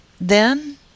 Then